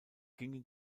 gingen